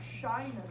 shyness